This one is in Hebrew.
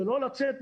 ולא לצאת משם,